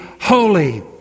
holy